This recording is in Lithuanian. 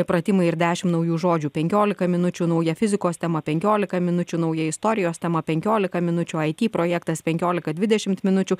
pratimai ir dešim naujų žodžių penkiolika minučių nauja fizikos tema penkiolika minučių nauja istorijos tema penkiolika minučių it projektas penkiolika dvidešimt minučių